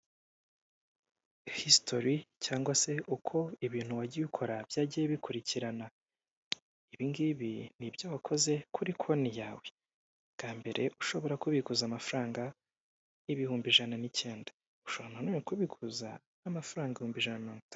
Hisitori cyangwa se uko ibintu wagiye ukora byagiye bikurikirana. Ibingibi ni ibyo wakoze kuri konti yawe. Bwa mbere ushobora kubikuza amafaranga y'ibihumbi ijana n'icyenda. Ushobora na none kubikuza n'amafaranga ibihumbi ijana na mirongo ita.